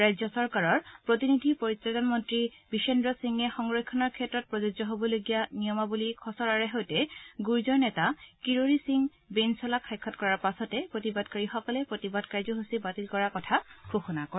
ৰাজ্য চৰকাৰৰ প্ৰতিনিধি পৰ্যটন মন্ত্ৰী বিশেন্দ্ৰ সিঙে সংৰক্ষণৰ ক্ষেত্ৰত প্ৰযোজ্য হ'বলগীয়া নিয়মাৱলী খচৰাৰে সৈতে গুৰ্জৰ নেতা কিৰোড়ি সিং বেইঞ্চলাক সাক্ষাৎ কৰাৰ পাছতেই প্ৰতিবাদকাৰীসকলে প্ৰতিবাদ কাৰ্যসূচী বাতিল কৰাৰ কথা ঘোষণা কৰে